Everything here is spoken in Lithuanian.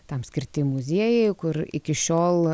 tam skirti muziejai kur iki šiol